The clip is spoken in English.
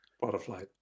butterfly